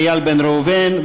איל בן ראובן,